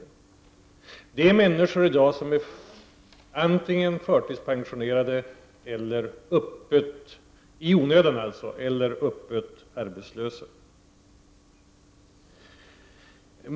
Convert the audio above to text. Det handlar om människor som i dag i onödan är antingen förtidspensionerade eller öppet arbetslösa.